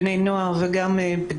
בני נוער ובגירים,